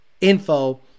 info